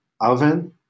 oven